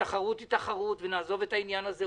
התחרות היא תחרות ונעזוב את העניין הזה,